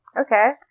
okay